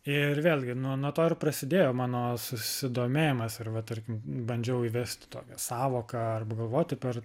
ir vėlgi nu nuo to ir prasidėjo mano susidomėjimas arba tarkim bandžiau įvest tokią sąvoką arba galvoti per